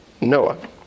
Noah